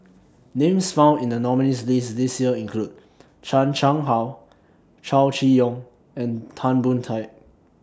Names found in The nominees' list This Year include Chan Chang How Chow Chee Yong and Tan Boon Teik